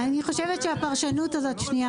די,